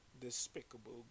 despicable